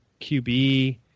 QB